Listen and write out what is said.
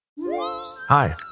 Hi